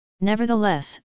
Nevertheless